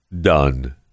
done